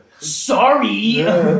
Sorry